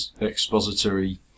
expository